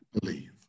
believe